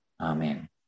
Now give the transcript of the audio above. Amen